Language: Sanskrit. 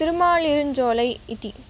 तिरमालिन्नयिञ्जोलै इति